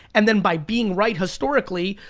and then by being right historically,